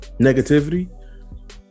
negativity